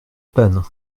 panne